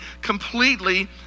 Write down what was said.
completely